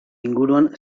inguruan